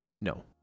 No